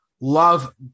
love